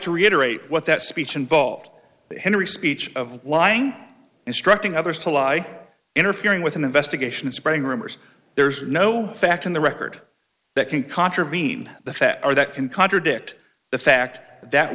to reiterate what that speech involved henry speech of lying instructing others to lie interfering with an investigation spreading rumors there's no fact in the record that can contravene the fetter that can contradict the fact that